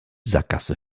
sackgasse